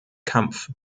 kampf